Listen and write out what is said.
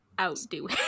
outdo